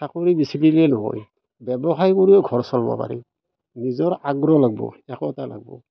চাকৰিয়ে বেছি দেৰিয়ে নহয় ব্যৱসায় কৰিও ঘৰ চলাব পাৰি নিজৰ আগ্ৰহ লাগিব একতা লাগিব